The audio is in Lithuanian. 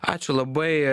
ačiū labai